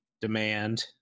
demand